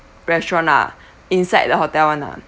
restaurant ah inside the hotel [one] ah